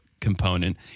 component